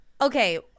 Okay